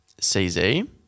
CZ